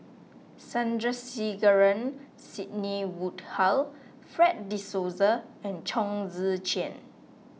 Sandrasegaran Sidney Woodhull Fred De Souza and Chong Tze Chien